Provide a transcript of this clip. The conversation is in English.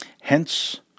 hence